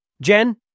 Jen